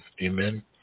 amen